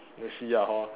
let's see ah hor